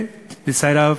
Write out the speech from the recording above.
ולצערי הרב,